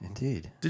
indeed